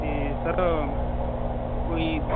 ਅਤੇ ਸਰ ਕੋਈ